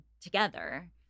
together